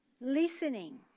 listening